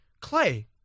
Clay